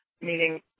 meaning